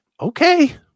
Okay